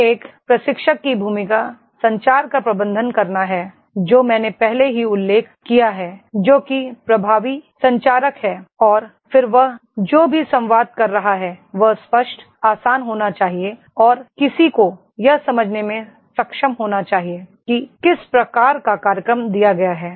फिर एक प्रशिक्षक की भूमिका संचार का प्रबंधन करना है जो मैंने पहले ही उल्लेख किया है जो कि प्रभावी संचारक है और फिर वह जो भी संवाद कर रहा है वह स्पष्ट आसान होना चाहिए और किसी को यह समझने में सक्षम होना चाहिए कि किस प्रकार का कार्यक्रम दिया गया है